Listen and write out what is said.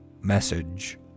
message